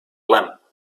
lamp